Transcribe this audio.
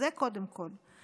זה קודם כול.